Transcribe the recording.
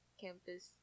campus